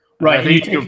Right